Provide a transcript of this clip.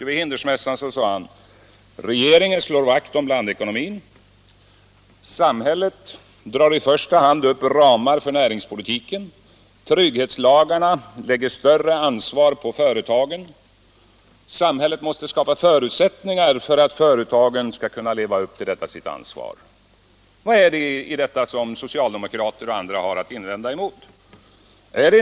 Jo, vid Hindersmässan sade han: Regeringen slår vakt om blandekonomin, samhället drar i första hand upp ramar för näringspolitiken, trygghetslagarna lägger större ansvar på företagen och samhället måste skapa förutsättningar för att företagen skall kunna leva upp till sitt ansvar. Vad är det i detta som socialdemokrater och andra har att invända mot?